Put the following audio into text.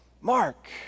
Mark